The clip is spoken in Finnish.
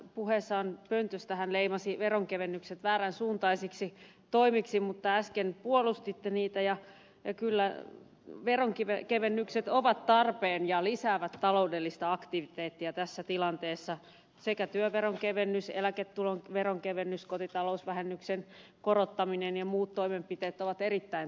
puheessaan korokkeelta hän leimasi veronkevennykset väärän suuntaisiksi toimiksi mutta äsken puolustitte niitä ja kyllä veronkevennykset ovat tarpeen ja lisäävät taloudellista aktiviteettia tässä tilanteessa sekä työveron kevennys eläketulon veronkevennys kotitalousvähennyksen korottaminen että muut toimenpiteet ovat erittäin tarpeellisia